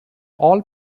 all